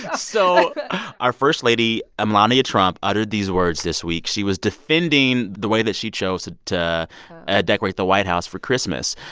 so our first lady, melania trump, uttered these words this week. she was defending the way that she chose to ah decorate the white house for christmas.